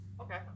okay